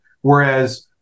Whereas